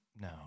No